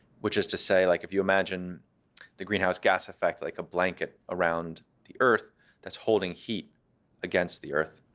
which is to say, like if you imagine the greenhouse gas effect like a blanket around the earth that's holding heat against the earth,